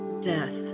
death